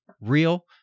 real